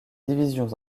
divisions